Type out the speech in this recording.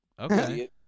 Okay